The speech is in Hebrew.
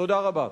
תודה רבה.